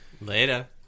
Later